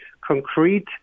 concrete